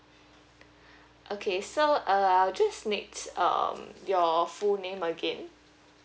okay so uh I'll just need um your full name again